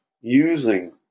using